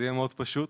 זה יהיה מאוד פשוט.